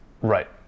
Right